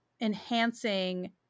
enhancing